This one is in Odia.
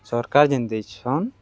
ସର୍କାର୍ ଯେନ୍ ଦେଇଚନ୍